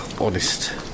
honest